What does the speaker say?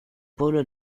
pueblo